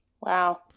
Wow